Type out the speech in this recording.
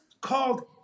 called